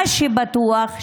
מה שבטוח,